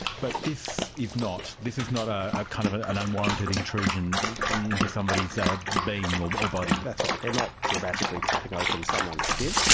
but this is not, this is not ah ah kind of an an unwarranted intrusion into somebody's ah being or body. that's right, they're not dramatically cutting opens someone's skin.